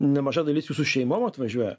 nemaža dalis jų su šeimom atvažiuoja